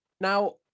Now